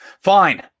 Fine